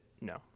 no